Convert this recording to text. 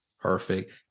Perfect